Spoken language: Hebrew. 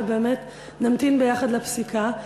ובאמת נמתין ביחד לפסיקה.